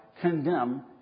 condemn